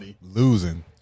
losing